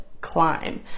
climb